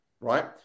right